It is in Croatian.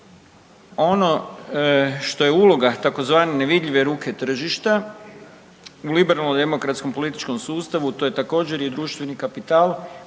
Ono što je uloga, tzv. nevidljive ruke tržišta u liberalno-demokratskom političkom sustavu, to je također, i društveni kapital